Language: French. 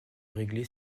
régler